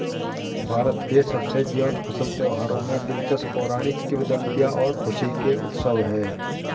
भारत के सबसे जीवंत फसल त्योहारों में दिलचस्प पौराणिक किंवदंतियां और खुशी के उत्सव है